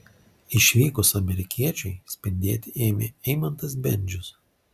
išvykus amerikiečiui spindėti ėmė eimantas bendžius